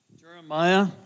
Jeremiah